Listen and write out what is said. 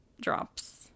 drops